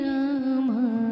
Rama